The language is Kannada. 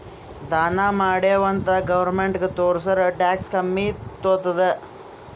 ದಾನಾ ಮಾಡಿವ್ ಅಂತ್ ಗೌರ್ಮೆಂಟ್ಗ ತೋರ್ಸುರ್ ಟ್ಯಾಕ್ಸ್ ಕಮ್ಮಿ ತೊತ್ತುದ್